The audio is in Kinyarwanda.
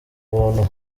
buntu